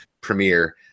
premiere